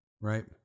Right